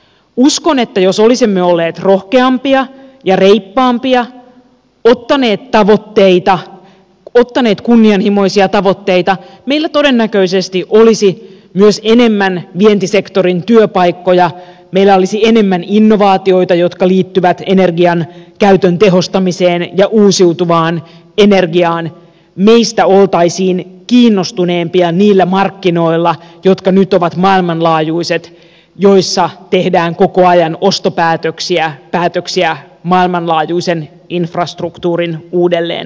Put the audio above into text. uskon että jos olisimme olleet rohkeampia ja reippaampia ottaneet tavoitteita ottaneet kunnianhimoisia tavoitteita meillä todennäköisesti olisi myös enemmän vientisektorin työpaikkoja meillä olisi enemmän innovaatioita jotka liittyvät energiankäytön tehostamiseen ja uusiutuvaan energiaan ja meistä oltaisiin kiinnostuneempia niillä markkinoilla jotka nyt ovat maailmanlaajuiset joissa tehdään koko ajan ostopäätöksiä päätöksiä maailmanlaajuisen infrastruktuurin uudelleen rakentamiseksi